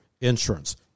insurance